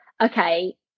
okay